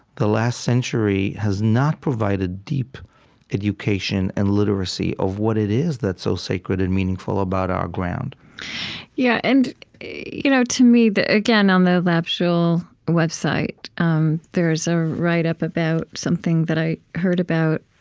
the last century has not provided deep education and literacy of what it is that's so sacred and meaningful about our ground yeah, and you know to me again, on the lab shul website um there is a write-up about something that i heard about